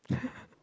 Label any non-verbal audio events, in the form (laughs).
(laughs)